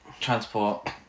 Transport